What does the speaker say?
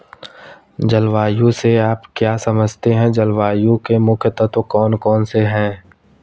जलवायु से आप क्या समझते हैं जलवायु के मुख्य तत्व कौन कौन से हैं?